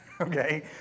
Okay